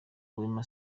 wema